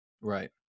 Right